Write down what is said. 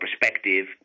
perspective